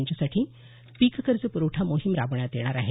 त्यांच्यासाठी पीक कर्ज पुरवठा मोहीम राबवण्यात येणार आहे